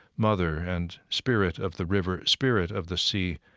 mother and spirit of the river, spirit of the sea,